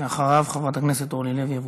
ואחריו, חברת הכנסת אורלי לוי אבקסיס.